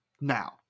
now